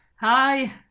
Hi